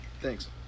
Thanks